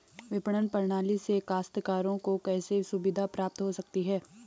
विपणन प्रणाली से काश्तकारों को कैसे सुविधा प्राप्त हो सकती है?